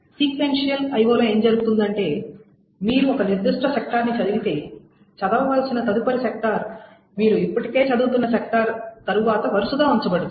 sequential IO లో ఏమి జరుగుతుందంటే మీరు ఒక నిర్దిష్ట సెక్టార్ని చదవితే చదవవలసిన తదుపరి సెక్టార్ మీరు ఇప్పటికే చదువుతున్న సెక్టార్ తరువాత వరుసగా ఉంచబడుతుంది